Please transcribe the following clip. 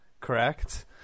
correct